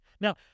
Now